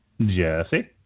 Jesse